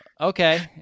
okay